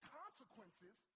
consequences